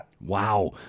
Wow